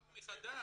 מחדש.